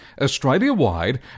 Australia-wide